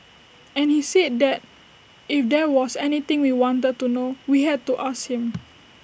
and he said that if there was anything we wanted to know we had to ask him